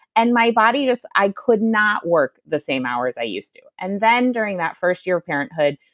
and my body just. i could not work the same hours i used to and then during that first year of parenthood,